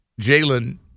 Jalen